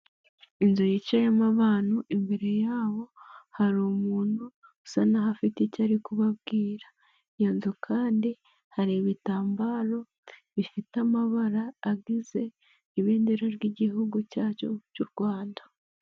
Inzu yicayemo abantu, imbere yabo hari umuntu usa n'aho afite icyo ari kubabwira. Iyo nzu kandi hari ibitambaro bifite amabara agize ibendera ry'igihugu cyacu cy'urwanda.